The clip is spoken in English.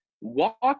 walk